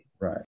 Right